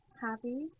happy